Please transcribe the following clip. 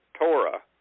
Torah